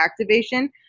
activation